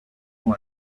con